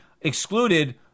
excluded